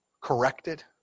corrected